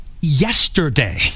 yesterday